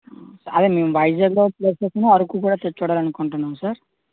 అదే మేము వైజాగ్లో ప్లేసెస్ను అరకు కూడా చూ చూడాలనుకుంటున్నాం సార్